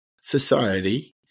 society